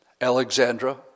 Alexandra